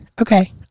okay